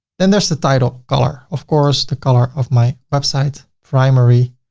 then there's the title, color. of course, the color of my website primary.